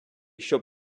щоб